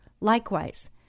Likewise